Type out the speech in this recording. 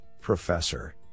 professor